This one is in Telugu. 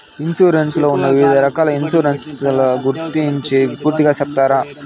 ఇన్సూరెన్సు లో ఉన్న వివిధ రకాల ఇన్సూరెన్సు ల గురించి పూర్తిగా సెప్తారా?